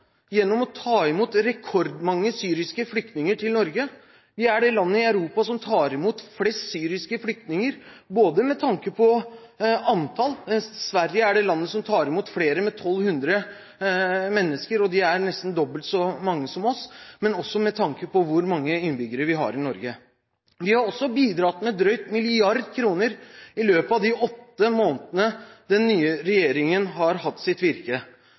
gjennom å ta imot rekordmange syriske flyktninger til Norge. Vi er det landet i Europa som tar imot flest syriske flyktninger, med tanke på antall – Sverige er det landet som tar imot flere, med 1 200 mennesker, og de er nesten dobbelt så mange som oss – men også med tanke på hvor mange innbyggere vi har i Norge. Vi har også bidratt med drøyt 1 mrd. kr i løpet av de 8 månedene den nye regjeringen har hatt sitt virke.